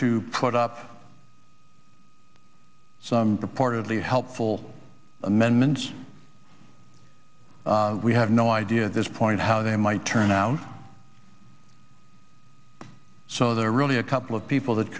to put up some support of the helpful amendments we have no idea at this point how they might turn out so they're really a couple of people that